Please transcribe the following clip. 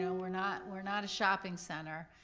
um we're not we're not a shopping center,